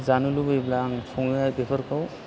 जानो लुबैब्ला आं सङो बेफोरखौ